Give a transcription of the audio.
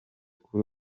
kuri